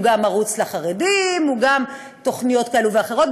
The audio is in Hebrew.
הוא גם ערוץ לחרדים, הוא גם תוכניות כאלה ואחרות.